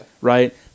Right